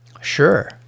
Sure